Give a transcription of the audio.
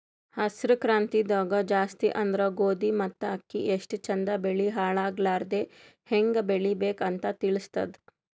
ಹಸ್ರ್ ಕ್ರಾಂತಿದಾಗ್ ಜಾಸ್ತಿ ಅಂದ್ರ ಗೋಧಿ ಮತ್ತ್ ಅಕ್ಕಿ ಎಷ್ಟ್ ಚಂದ್ ಬೆಳಿ ಹಾಳಾಗಲಾರದೆ ಹೆಂಗ್ ಬೆಳಿಬೇಕ್ ಅಂತ್ ತಿಳಸ್ತದ್